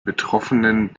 betroffenen